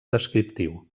descriptiu